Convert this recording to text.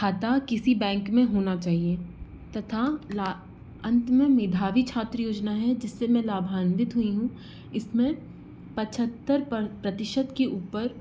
खाता किसी बैंक में होना चाहिए तथा अंत में मेधावी छात्र योजना है जिससे मैं लाभान्वित हुईं हूँ इसमें पचहत्तर पर प्रतिशत के ऊपर